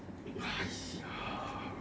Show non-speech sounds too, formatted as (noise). (breath)